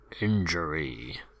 injury